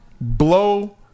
blow